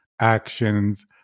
actions